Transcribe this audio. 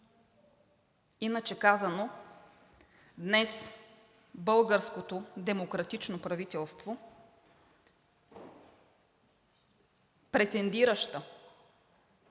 иначе казано, днес българското демократично правителство, претендиращо